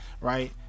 right